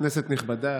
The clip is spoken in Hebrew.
כנסת נכבדה,